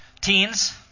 teens